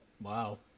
Wow